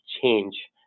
change